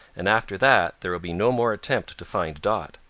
and after that there will be no more attempt to find dot.